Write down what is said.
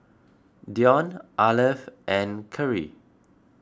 Dion Arleth and Kerrie